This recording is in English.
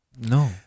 No